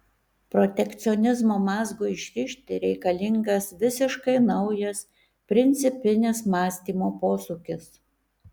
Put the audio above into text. protekcionizmo mazgui išrišti reikalingas visiškai naujas principinis mąstymo posūkis